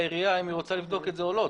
העיריה אם היא רוצה לבדוק את זה או לא,